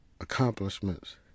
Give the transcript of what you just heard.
accomplishments